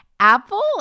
Apple